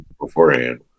beforehand